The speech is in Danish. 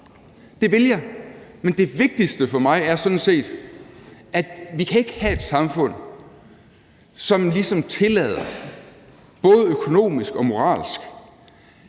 Det vil jeg, men det vigtigste for mig er sådan set, at vi ikke kan have et samfund, som ligesom tillader både økonomisk og moralsk,